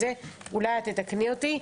ואולי את תתקני אותי,